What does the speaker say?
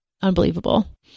unbelievable